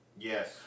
Yes